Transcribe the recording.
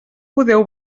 podeu